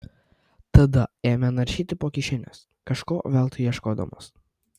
tada ėmė naršyti po kišenes kažko veltui ieškodamas